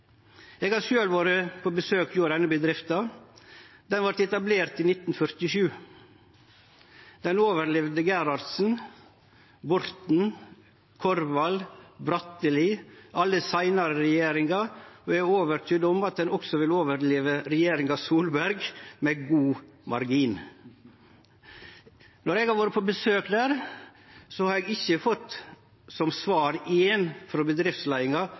Eg har sjølv vore på besøk hjå denne bedrifta. Ho vart etablert i 1947. Ho overlevde Gerhardsen, Borten, Korvald, Bratteli – og alle seinare regjeringar, og eg er overtydd om at ho òg vil overleve regjeringa Solberg med god margin. Når eg har vore på besøk der, har eg ikkje fått som svar éin frå bedriftsleiinga